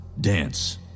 dance